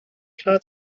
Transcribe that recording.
klar